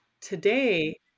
today